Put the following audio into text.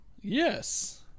Yes